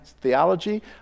theology